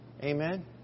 Amen